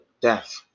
death